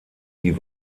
die